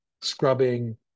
scrubbing